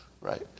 right